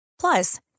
Plus